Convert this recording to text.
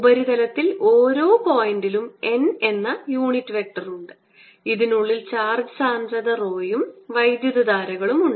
ഉപരിതലത്തിൽ ഓരോ പോയിന്റിലും n എന്ന ഈ യൂണിറ്റ് വെക്റ്റർ ഉണ്ട് ഇതിനുള്ളിൽ ചാർജ് സാന്ദ്രത rho ഉം വൈദ്യുതധാരകളും ഉണ്ട്